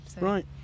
Right